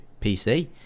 PC